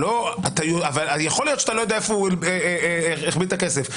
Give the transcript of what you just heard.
יכול להיות שאתה לא יודע היכן החביא את הכסף,